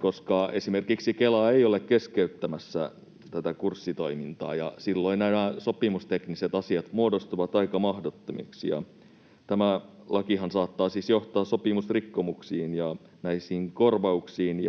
koska esimerkiksi Kela ei ole keskeyttämässä tätä kurssitoimintaa, ja silloin nämä sopimustekniset asiat muodostuvat aika mahdottomiksi. Tämä lakihan saattaa siis johtaa sopimusrikkomuksiin ja korvauksiin,